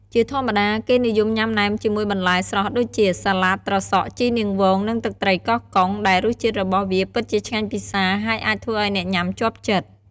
ជាធម្មតា គេនិយមញ៉ាំណែមជាមួយបន្លែស្រស់ដូចជា សាលាដ ត្រសក់ ជីនាងវង និងទឹកត្រីកោះកុង ដែលរសជាតិរបស់វាពិតជាឆ្ងាញ់ពិសា ហើយអាចធ្វើឱ្យអ្នកញ៉ាំជាប់ចិត្ត។